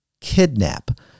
kidnap